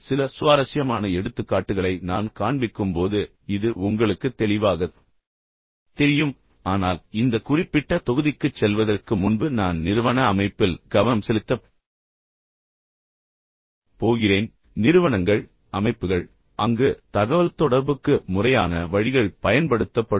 சில சுவாரஸ்யமான எடுத்துக்காட்டுகளை நான் உங்களுக்குக் காண்பிக்கும் போது இது உங்களுக்குத் தெளிவாகத் தெரியும் ஆனால் இந்த குறிப்பிட்ட தொகுதிக்குச் செல்வதற்கு முன்பு நான் நிறுவன அமைப்பில் கவனம் செலுத்தப் போகிறேன் நிறுவனங்கள் அமைப்புகள் அங்கு தகவல்தொடர்புக்கு முறையான வழிகள் பயன்படுத்தப்படும்